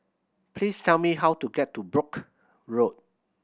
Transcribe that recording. please tell me how to get to Brooke Road